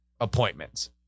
appointments